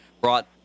brought